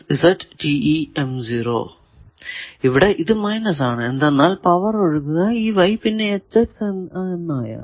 ഇവിടെ ഇത് മൈനസ് ആണ് എന്തെന്നാൽ പവർ എന്നത് ഒഴുകുക പിന്നെ ആയാണ്